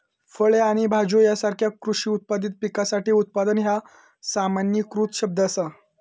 फळे आणि भाज्यो यासारख्यो कृषी उत्पादित पिकासाठी उत्पादन ह्या सामान्यीकृत शब्द असा